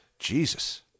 jesus